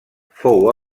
fou